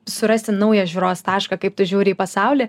surasti naują žiūros tašką kaip tu žiūri į pasaulį